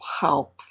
help